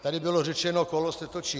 Tady bylo řečeno: Kolo se točí.